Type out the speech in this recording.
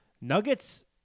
Nuggets